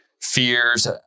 fears